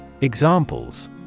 Examples